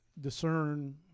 discern